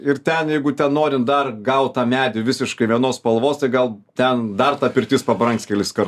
ir ten jeigu ten norint dar gal tą medį visiškai vienos spalvos tai gal ten dar ta pirtis pabrangs keliskart